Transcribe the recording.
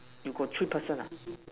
you got three person lah